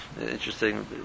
interesting